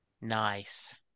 Nice